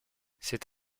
c’est